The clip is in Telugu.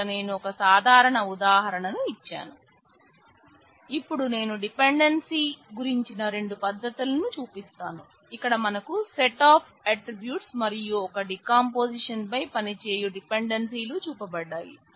ఇక్కడ నేను ఒక సాధారణ ఉదాహరణ ను ఇచ్చాను ఇపుడు నేను డిపెండెన్సీ పై పనిచేయు డిపెండెన్సీ లు చూపబడ్డాయి